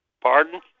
Pardon